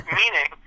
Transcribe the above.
meaning